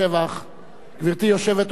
גברתי יושבת-ראש סיעת העבודה,